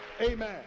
Amen